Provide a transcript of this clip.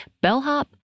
bellhop